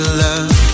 love